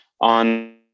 on